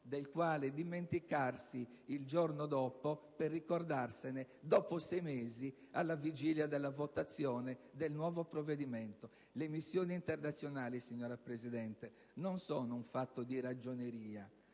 del quale dimenticarsi il giorno dopo per ricordarsene dopo sei mesi alla vigilia della votazione del nuovo provvedimento. Le missioni internazionali, signora Presidente, non sono un fatto di ragioneria,